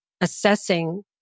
assessing